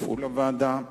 תפעול הוועדה.